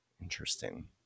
Interesting